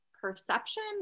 perception